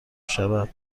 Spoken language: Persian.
شود